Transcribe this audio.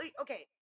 okay